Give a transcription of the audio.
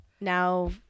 now